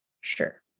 sure